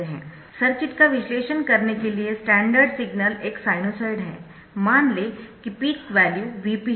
circuit का विश्लेषण करने के लिए स्टैंडर्ड सिग्नल एक साइनसॉइड है और मान लें कि पीक वैल्यू Vp है